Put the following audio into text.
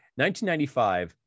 1995